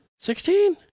Sixteen